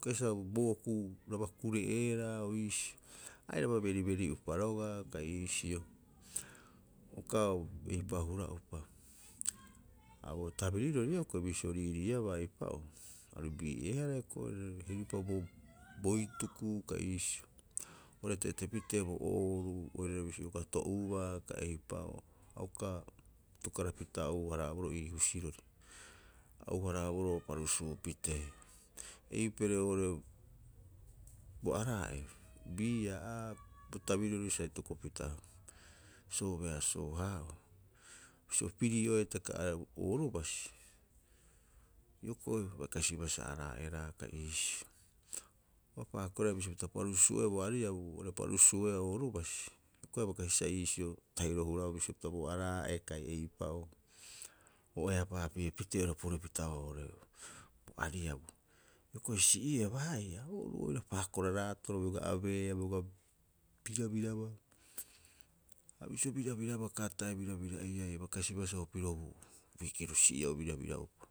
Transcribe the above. Hioko'i sa bo okuuraba kuree'eeraa o iisio airaba beriberi'upa rogaa kai iisio, uka eipa hura'upa. Ha bo tabirirori hioko'i bisio o riiriiabaa eipa'oo aru bii'eehara hioko'i airare heri'upa bo hituku kai iisio o reterete pitee bo ooru oirare bisio ioka to'ubaa kai eipa'oo. A uka atukarapita ou- haraaboroo ii husurori. A ou- haraaboroo o parusuu pitee, eipare bo araa'e beer aa, bo tabirirori sa itokopapita soobeasoo- haa'ohe. Bisio pirii'oeaa hitaka oorubasi hioko'i a bai kasibaa sa araareraa kai iisio. A paakoraea bisio pita paruu'oea bo ariabu, are parsuu'oeaa oorubasi hioko'i abai kasibaa sa iisio tahiroro huraau bisio pita bo araa'e kai eipa'oo. O eapaa pi'epitee porepita oo'ore bo ariabu. Hioko'i si'iebaa haia, o oru oira paakora raataro, bioga abeea bioga birabiraba. Ha bisio birabiraaba, uka at'e birabira'iai, a bai kasibaa sa opirobu uikiro si'i'au birabira'uropa.